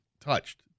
touched